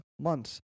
months